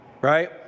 right